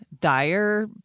dire